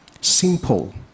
simple